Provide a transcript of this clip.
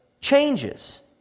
changes